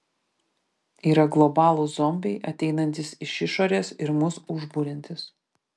yra globalūs zombiai ateinantys iš išorės ir mus užburiantys